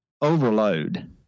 overload